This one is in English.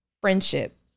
friendship